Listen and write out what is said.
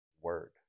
word